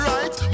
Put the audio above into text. Right